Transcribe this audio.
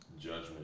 judgment